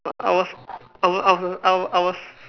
I was I was I was I was